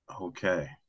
Okay